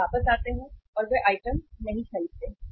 वे वापस आते हैं और वे आइटम नहीं खरीदते हैं